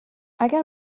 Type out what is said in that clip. اگر